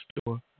store